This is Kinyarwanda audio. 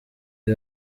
iyi